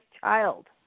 child